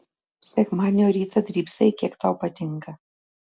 sekmadienio rytą drybsai kiek tau patinka